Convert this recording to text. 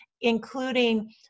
including